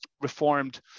reformed